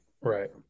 Right